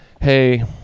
hey